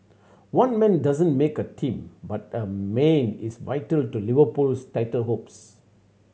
one man doesn't make a team but a Mane is vital to Liverpool's title hopes